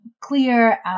clear